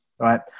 right